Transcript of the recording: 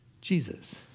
Jesus